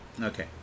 okay